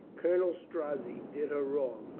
colonel strozzi did her wrong.